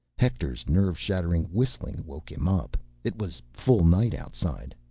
hector's nerve-shattering whistling woke him up. it was full night outside.